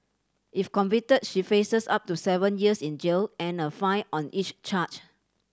if convicted she faces up to seven years in jail and a fine on each charge